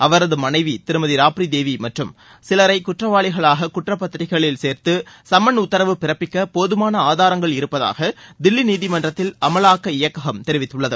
அவரது மனைவி திருமதி ராப்ரி தேவி மற்றும் சிலரை குற்றவாளிகளாக குற்றப்பத்திரிகைகளில் சேர்த்து சம்மன் உத்தரவு பிறப்பிக்க போதமான ஆதாரங்கள் இருப்பதாக தில்லி நீதிமன்றத்தில் அமலாக்க இயக்ககம் தெரிவித்துள்ளது